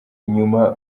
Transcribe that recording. inyuma